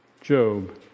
Job